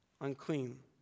unclean